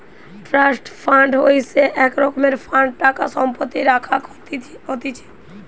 trust fund হইসে এক রকমের ফান্ড টাকা সম্পত্তি রাখাক হতিছে